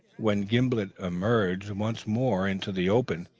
when gimblet emerged once more into the open,